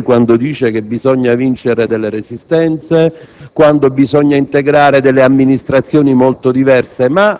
Ha ragione lei quando dice che bisogna vincere delle resistenze e che bisogna integrare delle amministrazioni molto diverse, ma